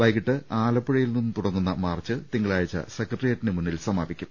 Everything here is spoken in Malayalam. വൈകീട്ട് ആലപ്പുഴയിൽ നിന്ന് തുടങ്ങുന്ന മാർച്ച് തിങ്കളാഴ്ച സെക്രട്ടേറിയറ്റിന് മുന്നിൽ സമാപിക്കും